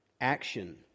Action